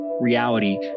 reality